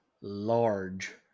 large